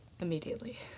Immediately